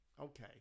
Okay